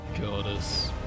goddess